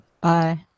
Bye